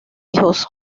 hijos